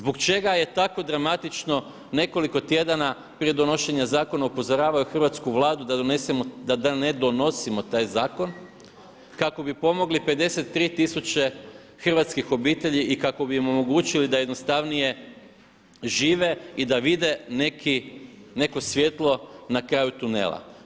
Zbog čega je tako dramatično nekoliko tjedana prije donošenja zakona upozoravao je hrvatsku Vladu da ne donosimo taj zakon kako bi pomogli 53000 hrvatskih obitelji i kako bi im omogućili da jednostavnije žive i da vide neko svjetlo na kraju tunela.